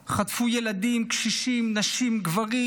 חטפו ילדים, קשישים, נשים, גברים,